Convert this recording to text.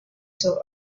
too